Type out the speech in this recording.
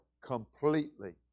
completely